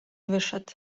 wyszedł